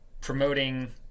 promoting